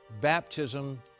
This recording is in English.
baptism